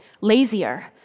lazier